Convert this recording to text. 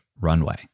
runway